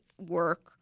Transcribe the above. work